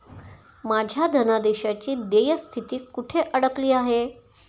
माझ्या धनादेशाची देय स्थिती कुठे अडकली आहे?